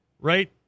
right